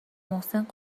محسن